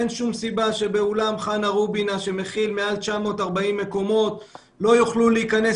אין שום סיבה שבאולם חנה רובינא שמכיל מעל 940 מקומות לא יוכלו להיכנס